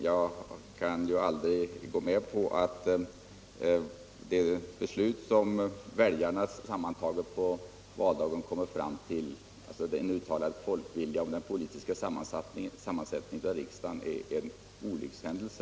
Jag kan inte hålla med om att det beslut som väljarna tillsammans på valdagen kommer fram till och som således utgör en uttalad folkvilja när det gäller den politiska sammansättningen av riksdagen skulle vara en olyckshändelse.